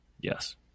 Yes